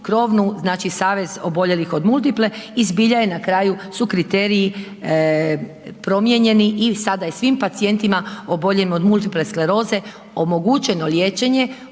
krovno znači Savez oboljelih od multiple i zbilja na kraju su kriteriji promijenjeni i sada je svima pacijentima oboljelim od multiple skleroze omogućeno liječenje